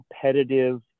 competitive